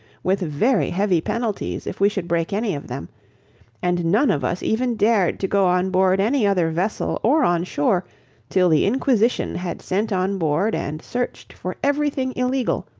with very heavy penalties if we should break any of them and none of us even dared to go on board any other vessel or on shore till the inquisition had sent on board and searched for every thing illegal,